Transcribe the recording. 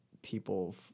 people